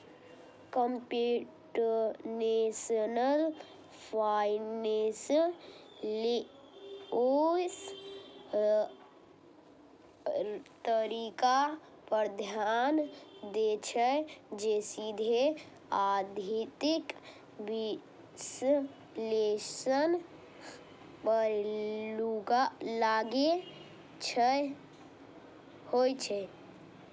computational finance ओइ तरीका पर ध्यान दै छै, जे सीधे आर्थिक विश्लेषण पर लागू होइ छै